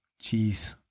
Jeez